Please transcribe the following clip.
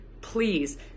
Please